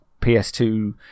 PS2